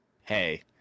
hey